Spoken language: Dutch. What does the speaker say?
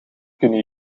kunnen